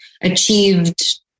achieved